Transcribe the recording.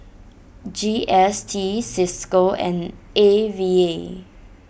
G S T Cisco and A V A